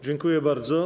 Dziękuję bardzo.